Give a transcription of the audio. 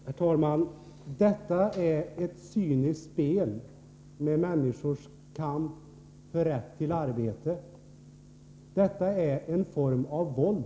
Herr talman! Detta är ett cyniskt spel med människors kamp för rätt till arbete, detta är en form av våld.